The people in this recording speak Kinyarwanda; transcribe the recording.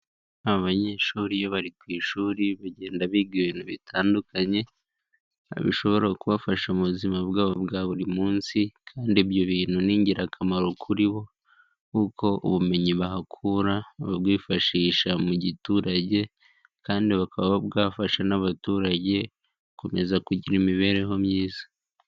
Abanyeshuri iyo bari ku ishuri bagenda biga ibintu bitandukanye bishobora kubafasha mu buzima bwabo bwa buri munsi kandi ibyo bintu ni ingirakamaro kuri bo, kuko ubumenyi bahakura babwifashisha mu giturage kandi bukaba bwafasha n'abaturage gukomeza kugira imibereho myiza.